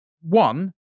one